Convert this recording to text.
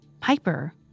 Piper